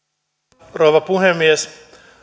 arvoisa rouva puhemies